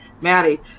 Maddie